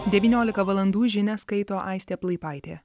devyniolika valandų žinias skaito aistė plaipaitė